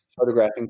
photographing